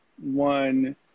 one